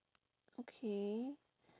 okay